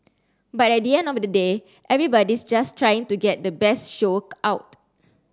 but at the end of the day everybody's just trying to get the best show out